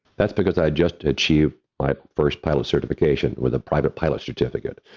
that's because i just achieved my first pilot certification with a private pilot's certificate,